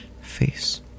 face